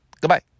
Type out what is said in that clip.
Goodbye